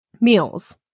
meals